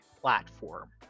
platform